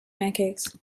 pancakes